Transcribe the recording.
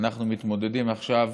אנחנו מתמודדים עכשיו